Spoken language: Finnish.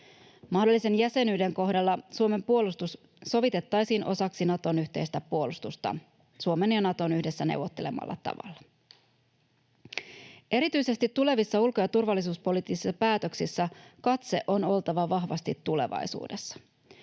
Mahdollisen jäsenyyden kohdalla Suomen puolustus sovitettaisiin osaksi Naton yhteistä puolustusta Suomen ja Naton yhdessä neuvottelemalla tavalla. Erityisesti tulevissa ulko- ja turvallisuuspoliittisissa päätöksissä katseen on oltava vahvasti tulevaisuudessa.